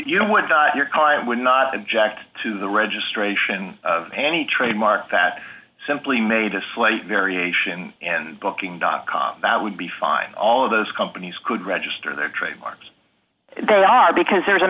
know what your client would not object to the registration of any trademark that simply made a slight variation in booking dot com that would be fine all of those companies could register their trademarks they are because there's a